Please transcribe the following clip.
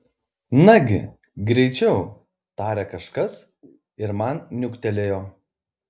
nagi greičiau tarė kažkas ir man niuktelėjo